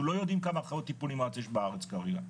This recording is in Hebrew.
לא יודעים כמה אחיות טיפול נמרץ יש בארץ כרגע,